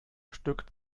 stück